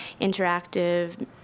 interactive